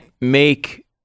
make